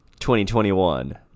2021